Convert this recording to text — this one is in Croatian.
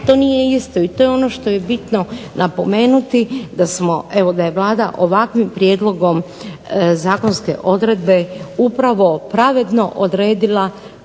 To nije isto i to je ono što je bitno napomenuti da smo, evo da je Vlada ovakvim prijedlogom zakonske odredbe upravo pravedno odredila koje to